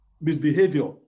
misbehavior